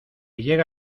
llega